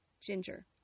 ginger